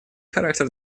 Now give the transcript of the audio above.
характер